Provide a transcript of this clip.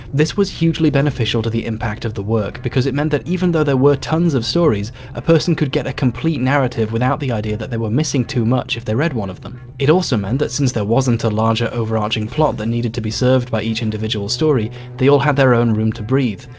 this was hugely beneficial to the impact of the work because it meant that even though there were tons of stories a person could get a complete narrative without the idea that they were missing too much if they read one of them. it also meant that since there wasn't a larger overarching plot that needed to be served by each individual story they all had their own room to breathe.